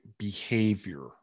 behavior